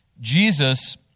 Jesus